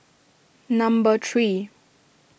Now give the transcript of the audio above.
number three